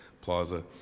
plaza